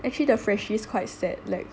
actually the freshies quite sad like